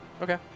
Okay